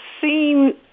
seen